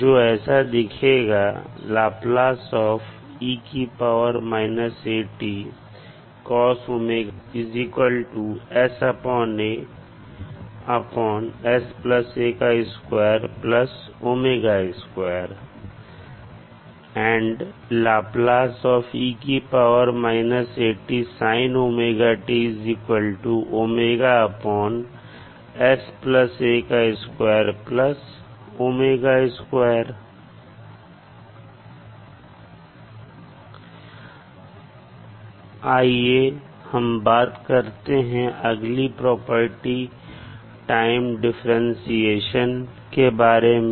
जो ऐसा दिखेगा आइए हम बात करते हैं अगली प्रॉपर्टी टाइम डिफरेंटशिएशन के बारे में